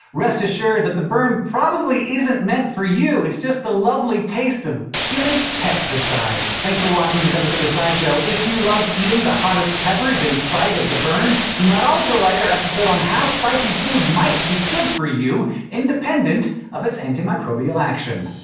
rest assured that that burn probably isn't meant for you. it's just the lovely taste of chili pesticides. thanks for watching this episode of scishow! if you love eating the hottest peppers in spite of the burn, you might like our episode on how spicy food might be good for you independent of its antimicrobial action.